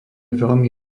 veľmi